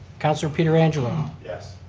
councillor pietrangelo. yes.